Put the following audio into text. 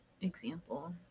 example